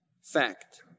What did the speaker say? fact